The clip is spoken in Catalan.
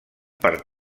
per